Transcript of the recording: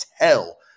tell